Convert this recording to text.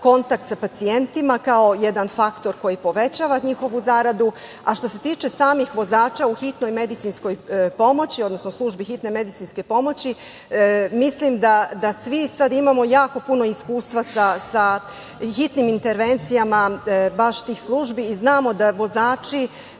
kontakt sa pacijentima kao jedan faktor koji povećava njihovu zaradu? Što se tiče samih vozača u hitnoj medicinskoj pomoći, odnosno službi hitne medicinske pomoći, mislim da svi sada imamo jako puno iskustva sa hitnim intervencijama baš tih službi i znamo da vozači